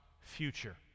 future